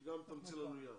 שתמציא לנו נייר